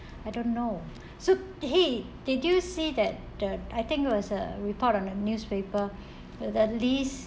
I don't know so !hey! did you see that the I think it was a report on a newspaper the the least